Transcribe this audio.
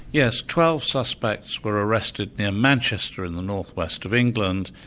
yes, twelve suspects were arrested near manchester, in the north-west of england.